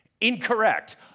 Incorrect